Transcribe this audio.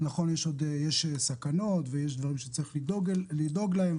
נכון, יש סכנות ודברים שצריך לדאוג להם.